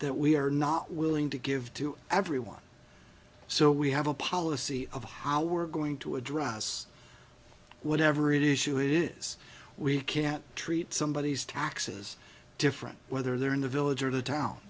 that we are not willing to give to everyone so we have a policy of how we're going to address whatever it is who it is we can't treat somebody is taxes different whether they're in the village or the town